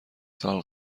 سال